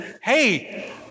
hey